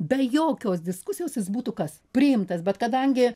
be jokios diskusijos jis būtų kas priimtas bet kadangi